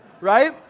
right